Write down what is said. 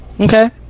Okay